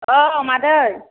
औ मादै